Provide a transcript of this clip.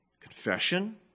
confession